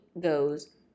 goes